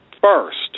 first